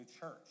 church